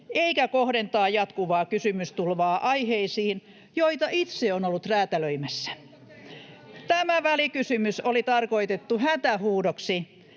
eikä kohdentaa jatkuvaa kysymystulvaa aiheisiin, joita itse on ollut räätälöimässä. Tämä välikysymys oli tarkoitettu hätähuudoksi,